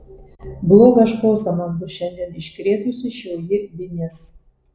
blogą šposą man bus šiandien iškrėtusi šioji vinis